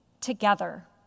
together